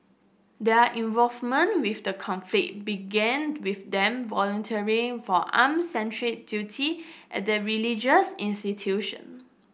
their involvement with the conflict began with them volunteering for armed sentry duty at the religious institution